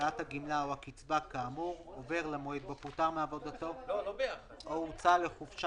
לקבלת הגמלה או הקצבה כאמור עובר למועד בו פוטר מעבודתו או הוצא לחופשה